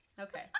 Okay